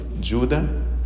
Judah